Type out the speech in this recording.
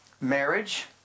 marriage